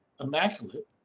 immaculate